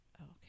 okay